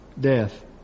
death